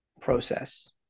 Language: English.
process